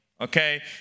okay